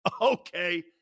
Okay